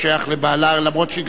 אף שגם היא יכולה להיות.